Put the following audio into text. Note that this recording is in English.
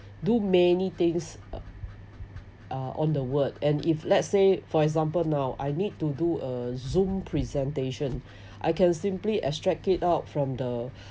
do many things uh on the word and if let's say for example now I need to do a zoom presentation I can simply extract it out from the